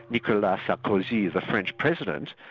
nicolas sarkozy, the french president,